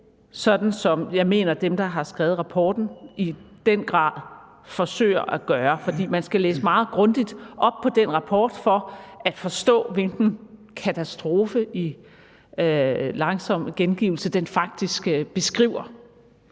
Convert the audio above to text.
sådan som jeg mener dem, der har skrevet rapporten, i den grad forsøger at gøre. For man skal læse meget grundigt op på den rapport for at forstå, hvilken katastrofe den i langsom gengivelse faktisk beskriver,